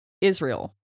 Israel